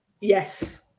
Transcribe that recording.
Yes